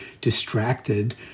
distracted